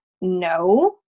no